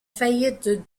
faillite